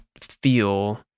feel